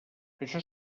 això